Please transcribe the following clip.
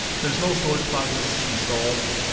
there's no storage classes installed.